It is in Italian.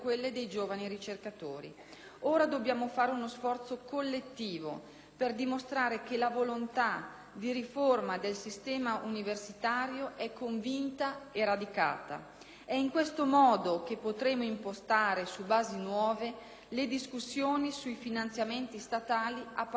Ora dobbiamo fare uno sforzo collettivo per dimostrare che la volontà di riforma del sistema universitario è convinta e radicata: è in questo modo che potremo impostare su basi nuove le discussioni sui finanziamenti statali a partire dal 2010.